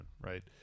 right